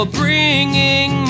bringing